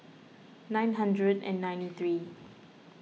nine hundred and ninety three